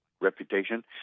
reputation